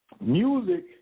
Music